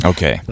Okay